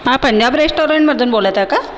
हां पंजाब रेस्टॉरंटमधून बोलत आहे का